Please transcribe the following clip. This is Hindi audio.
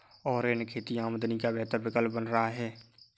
ऑर्गेनिक खेती आमदनी का बेहतर विकल्प बन रहा है